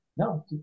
No